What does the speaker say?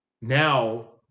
now